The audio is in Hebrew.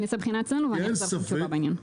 אני אעשה בחינה אצלנו ואחזיר לכם תשובה בעניין.